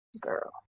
girl